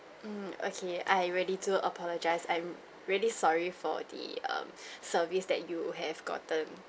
mm okay I ready to apologize I'm really sorry for the um service that you have gotten